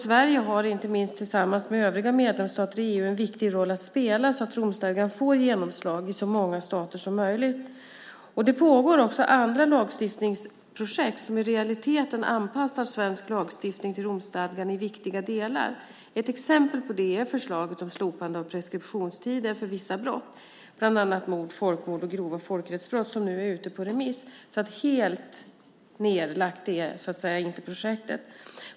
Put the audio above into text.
Sverige har, inte minst tillsammans med övriga medlemsstater i EU, en viktig roll att spela för att Romstadgan ska få genomslag i så många stater som möjligt. Det pågår också andra lagstiftningsprojekt som i realiteten anpassar svensk lagstiftning till Romstadgan i viktiga delar. Ett exempel är förslaget om slopande av preskriptionstiden för vissa brott, bland annat mord, folkmord och grova folkrättsbrott, som nu är ute på remiss. Helt nedlagt är alltså inte projektet.